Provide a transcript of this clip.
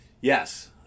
yes